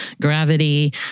gravity